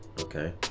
okay